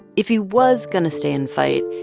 if he was going to stay and fight,